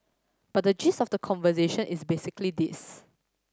but the gist of the conversation is basically this